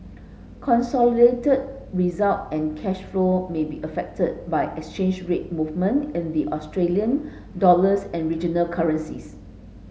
consolidated result and cash flow may be affected by exchange rate movement in the Australian dollars and regional currencies